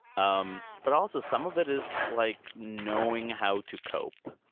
um but also, some of it is like knowing how to cope